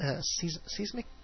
seismic